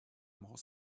more